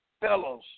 fellows